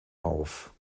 auf